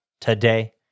today